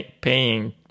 paying